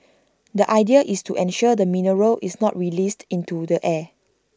the idea is to ensure the mineral is not released into the air